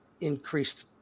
increased